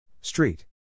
Street